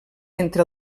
entre